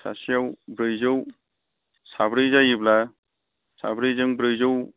सासेयाव ब्रैजौ साब्रै जायोब्ला साब्रैजों ब्रैजौ